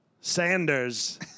Sanders